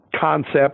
concept